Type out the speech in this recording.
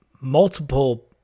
multiple